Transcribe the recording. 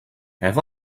have